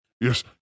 Yes